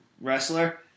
wrestler